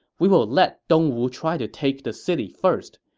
we will let dongwu try to take the city first.